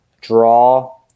draw